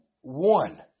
one